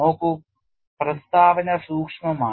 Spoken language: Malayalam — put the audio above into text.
നോക്കൂ പ്രസ്താവന സൂക്ഷ്മമാണ്